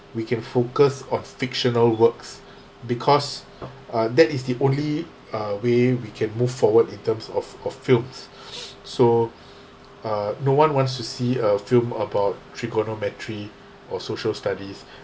we can focus on fictional works because uh that is the only uh way we can move forward in terms of of films so uh no one wants to see a film about trigonometry or social studies